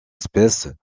espèces